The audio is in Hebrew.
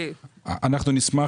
אנחנו נשמח,